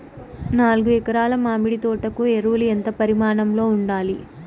నాలుగు ఎకరా ల మామిడి తోట కు ఎరువులు ఎంత పరిమాణం లో ఉండాలి?